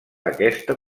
aquesta